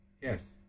yes